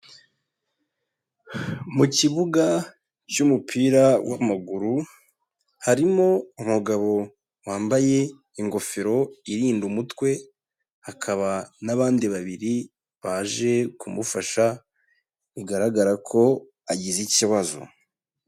Mu kibuga cy'umupira w'amaguru, harimo umugabo wambaye ingofero irinda umutwe, hakaba n'abandi babiri baje kumufasha, bigaragara ko agize ikibazo.